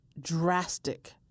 drastic